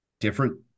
Different